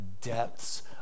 depths